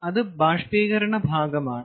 അത് ബാഷ്പീകരണ ഭാഗമാണ്